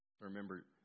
remember